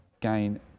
gain